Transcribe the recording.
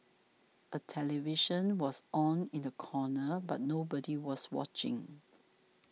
a television was on in the corner but nobody was watching